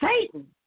Satan